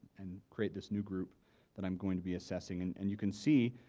and create this new group that i'm going to be assessing and and you can see,